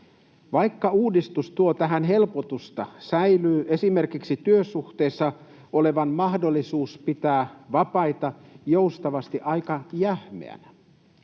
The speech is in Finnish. Vaikka uudistus tuo tähän helpotusta, säilyy esimerkiksi työsuhteessa olevan mahdollisuus pitää vapaita joustavasti aika jähmeänä.